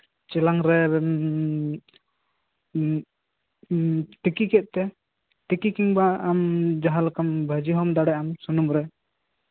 ᱪᱮᱞᱟᱝ ᱨᱮᱢ ᱛᱤᱠᱤ ᱠᱮᱜ ᱛᱮ ᱛᱤᱠᱤ ᱠᱤᱢᱵᱟ ᱡᱟᱸᱦᱟ ᱞᱮᱠᱟ ᱵᱷᱟᱹᱡᱤ ᱦᱚᱢ ᱫᱟᱲᱮᱭᱟᱜᱼᱟ ᱥᱩᱱᱩᱢᱨᱮ